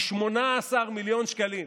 היא 18 מיליון שקלים.